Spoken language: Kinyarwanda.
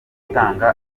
gutanga